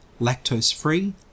lactose-free